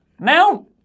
Now